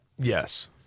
Yes